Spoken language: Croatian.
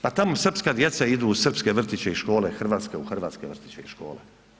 Pa tamo srpska djeca idu u srpske vrtiće i škole, hrvatska u hrvatske vrtiće i škole.